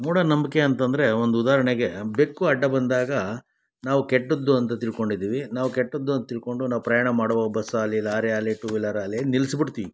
ಮೂಢನಂಬಿಕೆ ಅಂತಂದರೆ ಒಂದು ಉದಾಹರಣೆಗೆ ಬೆಕ್ಕು ಅಡ್ಡ ಬಂದಾಗ ನಾವು ಕೆಟ್ಟದ್ದು ಅಂತ ತಿಳ್ಕೊಂಡಿದ್ದೀವಿ ನಾವು ಕೆಟ್ಟದ್ದು ಅಂತ ತಿಳಕೊಂಡು ನಾವು ಪ್ರಯಾಣ ಮಾಡುವ ಬಸ್ ಆಗಲಿ ಲಾರಿ ಆಗಲಿ ಟೂ ವೀಲರ್ ಆಗಲಿ ನಿಲ್ಲಿಸ್ಬಿಡ್ತೀವಿ